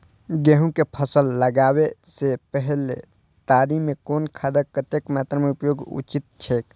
गेहूं के फसल लगाबे से पेहले तरी में कुन खादक कतेक मात्रा में उपयोग उचित छेक?